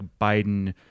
Biden